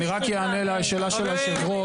אני רק אענה לשאלה של יושב הראש.